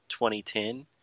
2010